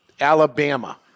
Alabama